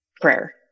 prayer